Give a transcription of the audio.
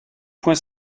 point